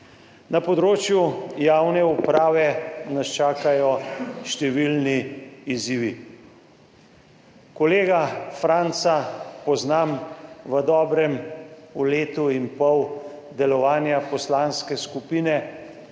Na področju javne uprave nas čakajo številni izzivi. Kolega Franca poznam v dobrem. V letu in pol delovanja poslanske skupine